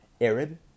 Arab